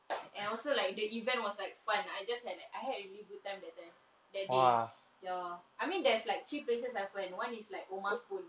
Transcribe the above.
and I also like the event was like fun I just had like I had a really good time that day that day ya I mean there's like three places I've went one is like oma spoon